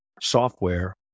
software